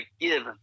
give